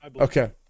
Okay